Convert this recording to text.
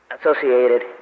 associated